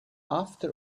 after